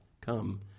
come